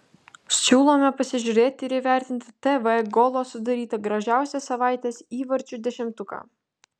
siūlome pasižiūrėti ir įvertinti tv golo sudarytą gražiausią savaitės įvarčių dešimtuką